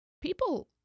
people